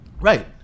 Right